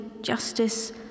justice